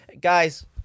guys